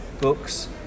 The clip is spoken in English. books